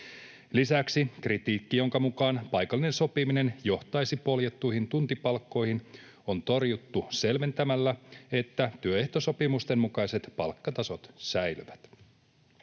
Lisäksi kritiikki, jonka mukaan paikallinen sopiminen johtaisi poljettuihin tuntipalkkoihin, on torjuttu selventämällä, että työehtosopimusten mukaiset palkkatasot säilyvät.